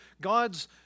God's